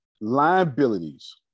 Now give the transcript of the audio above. Liabilities